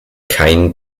kein